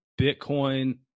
Bitcoin